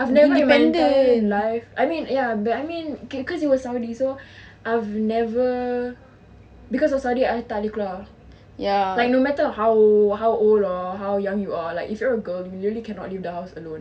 I've never in my entire life I mean ya I mean okay cause it was saudi so I've never because of saudi I tak boleh keluar like no matter how how old or how young you are like if you are a girl usually cannot leave the house alone